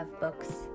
books